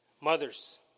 Mothers